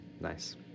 Nice